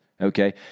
okay